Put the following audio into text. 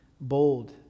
bold